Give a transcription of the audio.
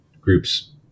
groups